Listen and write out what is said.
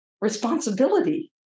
responsibility